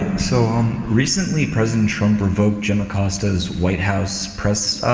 so, um, recently president trump revoked jim acosta's white house press, ah,